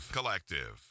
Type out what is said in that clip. Collective